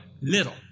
little